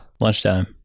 lunchtime